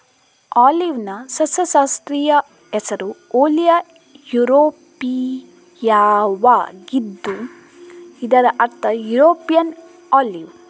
ಆಲಿವ್ನ ಸಸ್ಯಶಾಸ್ತ್ರೀಯ ಹೆಸರು ಓಲಿಯಾ ಯುರೋಪಿಯಾವಾಗಿದ್ದು ಇದರ ಅರ್ಥ ಯುರೋಪಿಯನ್ ಆಲಿವ್